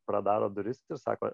pradaro duris ir sako